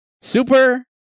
super